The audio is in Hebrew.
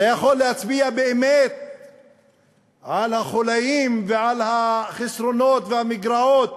אתה יכול להצביע באמת על החוליים ועל החסרונות והמגרעות